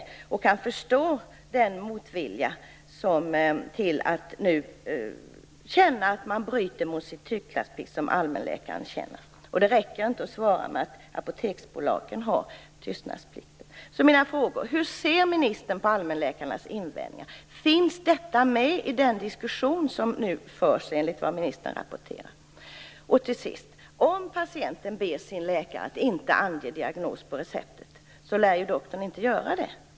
Jag kan alltså förstå den motvilja mot att bryta sin tystnadsplikt som allmänläkarna känner. Det räcker inte att svara med att apotekspersonalen har tystnadsplikt. Hur ser ministern på allmänläkarnas invändningar? Finns detta med i den diskussion som nu förs enligt vad ministern rapporterar? Till sist: Om en patient ber sin läkare att inte ange diagnos på receptet lär doktorn inte göra det.